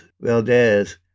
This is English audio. Valdez